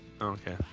Okay